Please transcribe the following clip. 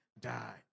die